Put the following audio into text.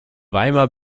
weimar